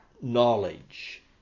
knowledge